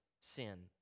sin